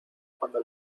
cuando